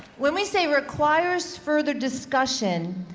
when we say requires further discussion,